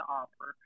offer